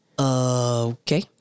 Okay